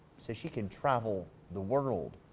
so she can travel the world.